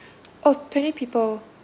oh twenty people